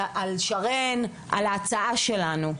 על שרן ועל ההצעה שלנו.